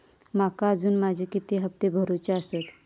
माका अजून माझे किती हप्ते भरूचे आसत?